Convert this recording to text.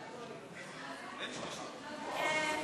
סעיף